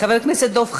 חבר הכנסת דב חנין,